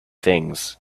things